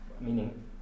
meaning